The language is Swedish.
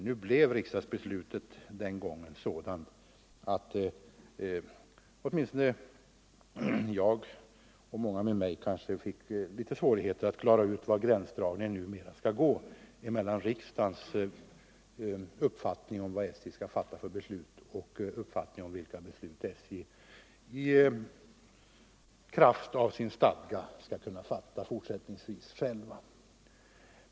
Nu blev riksdagsbeslutet den gången sådant att jag och många med mig fick litet svårigheter att klara ut var gränsen enligt riksdagens uppfattning numera skall gå för de beslut SJ fortsättningsvis skall kunna fatta självt.